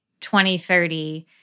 2030